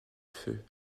feu